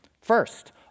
First